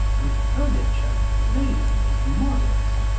and furniture plain and modest,